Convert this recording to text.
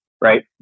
right